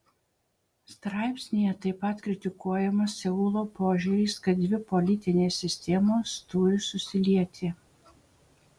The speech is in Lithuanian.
straipsnyje taip pat kritikuojamas seulo požiūris kad dvi politinės sistemos turi susilieti